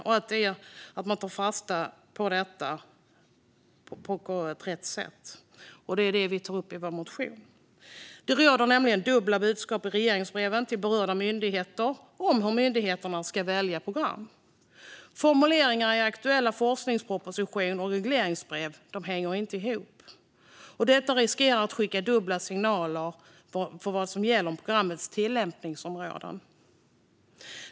Man måste ta fasta på detta på rätt sätt, vilket vi tar upp i vår motion. Det ges nämligen dubbla budskap i regleringsbreven till berörda myndigheter om hur myndigheterna ska välja program. Formuleringar i aktuell forskningsproposition och regleringsbrev hänger inte ihop, och detta riskerar att skicka dubbla signaler vad gäller programmets tillämpningsområden.